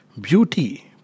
beauty